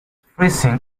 freezing